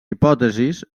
hipòtesis